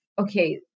okay